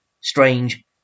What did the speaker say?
strange